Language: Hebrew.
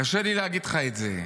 קשה לי להגיד לך את זה.